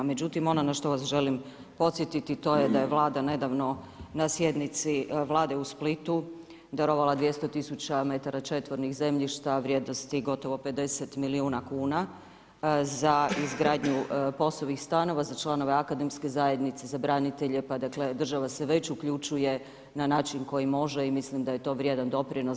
Međutim ono na što vas želim podsjetiti to je da je Vlada nedavno na sjednici vlade u Splitu darovala 200 tisuća metara četvornih zemljišta vrijednosti gotovo 50 milijuna kuna za izgradnju POS-ovih stanova za članove akademske zajednice, za branitelje, pa dakle država se već uključuje na način koji može i mislim da je to vrijedan doprinos.